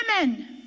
women